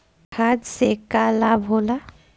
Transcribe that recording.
खाद्य से का लाभ होला?